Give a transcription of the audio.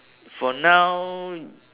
for now